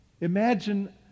Imagine